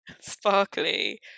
sparkly